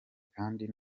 kandi